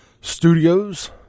Studios